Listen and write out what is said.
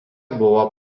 buvo